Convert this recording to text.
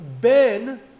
Ben